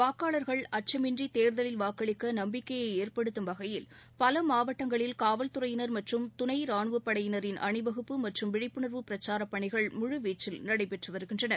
வாக்காளர்கள் அச்சமின்றி தேர்தலில் வாக்களிக்க நம்பிக்கையை ஏற்படுத்தும் வகையில் பல மாவட்டங்களில் காவல்துறையினர் மற்றும் துணை ரானுவப்படையினரின் அணிவகுப்பு மற்றும் விழிப்புணர்வு பிரச்சாரப் பணிகள் முழுவீச்சில் நடைபெற்று வருகின்றன